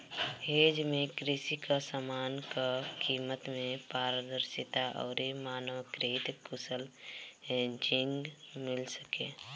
hedge में कृषि कअ समान कअ कीमत में पारदर्शिता अउरी मानकीकृत कुशल हेजिंग मिल सके